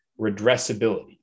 redressability